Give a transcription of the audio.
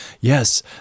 yes